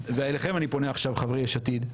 ואליכם אני פונה עכשיו, חברי יש עתיד,